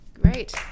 great